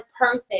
person